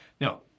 Now